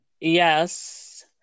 Yes